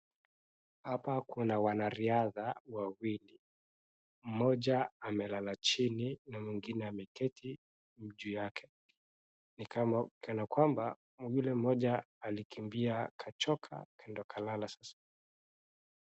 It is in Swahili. Hapa kuna wanariadha wawili. Mmoja amelala chini na mwingine ameketi juu yake. Ni kama kanakwamba yule mmoja alikimbia akachoka ndiyo akalala sasa.